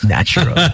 Natural